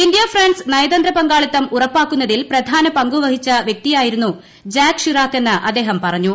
India France നയതന്ത്ര പങ്കാളിത്തം ഉറപ്പാക്കുന്നതിൽ പ്രധാന പങ്കു വഹിച്ച വൃക്തിയായിരുന്നു ജാക്ക് ഷിറാക്ക് എന്ന് അദ്ദേഹം പറഞ്ഞു